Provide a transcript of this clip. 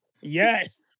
Yes